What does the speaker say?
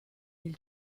del